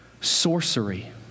sorcery